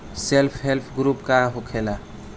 Self help group का होखेला?